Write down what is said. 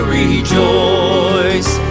rejoice